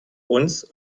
uns